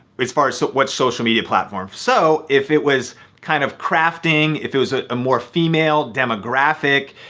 as far as what social media platform. so if it was kind of crafting, if it was a more female demographic,